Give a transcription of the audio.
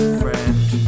friend